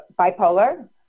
bipolar